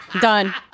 Done